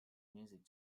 music